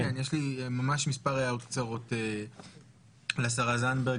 יש לי ממש מספר הערות קצרות לשרה זנדברג